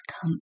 come